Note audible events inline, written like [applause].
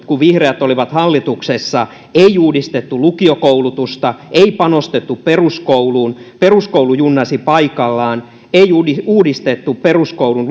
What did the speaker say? kun vihreät olivat hallituksessa ei uudistettu lukiokoulutusta ei panostettu peruskouluun peruskoulu junnasi paikallaan ei uudistettu peruskoulun [unintelligible]